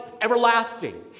everlasting